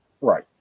Right